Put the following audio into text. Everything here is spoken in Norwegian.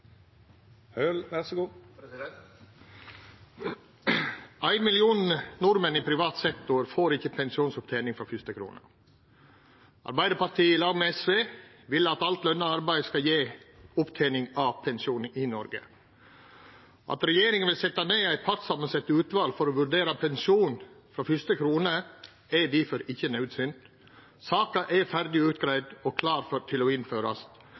million nordmenn i privat sektor får ikkje pensjonsopptening frå fyrste krone. Arbeidarpartiet, i lag med SV, vil at alt lønt arbeid skal gje opptening av pensjon i Noreg. At regjeringa vil setja ned eit partssamansett utval for å vurdera pensjon frå fyrste krone, er difor ikkje naudsynt. Saka er ferdig greidd ut og klar til å